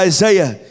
Isaiah